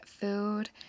food